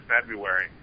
February